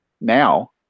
now